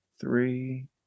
three